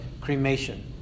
cremation